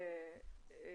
רוצה